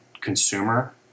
consumer